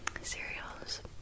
cereals